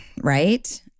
right